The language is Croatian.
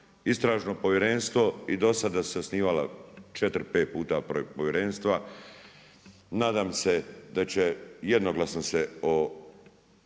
Istražno povjerenstvo i do sada su se osnivala četiri, pet puta povjerenstva. Nadam se da će jednoglasno se ovo